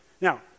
Now